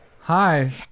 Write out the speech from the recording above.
Hi